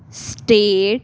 states